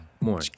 More